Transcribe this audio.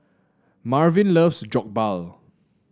Marvin loves Jokbal